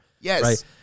Yes